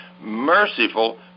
merciful